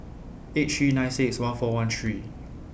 eight three nine six one four one three